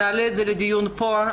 נעלה את זה לדיון פה.